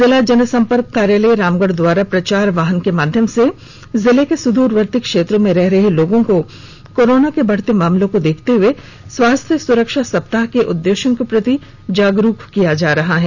जिला जनसंपर्क कार्यालय रामगढ़ द्वारा प्रचार वाहन के माध्यम से जिले के सुद्रवर्ती क्षेत्रों में रह रहे लोगों को कोरोना के बढ़ते मामलों को देखते हुए स्वास्थ्य सुरक्षा सप्ताह के उद्देश्यों के प्रति जागरूक किया जा रहा है